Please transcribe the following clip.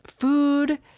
food